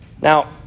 Now